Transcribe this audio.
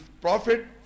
profit